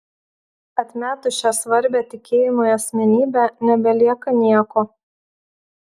atmetus šią svarbią tikėjimui asmenybę nebelieka nieko